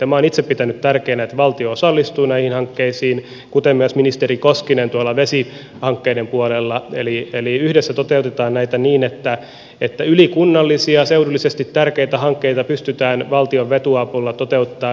minä olen itse pitänyt tärkeänä että valtio osallistuu näihin hankkeisiin kuten myös ministeri koskinen tuolla vesihankkeiden puolella eli yhdessä toteutetaan näitä niin että ylikunnallisia seudullisesti tärkeitä hankkeita pystytään valtion vetoavulla toteuttamaan enemmän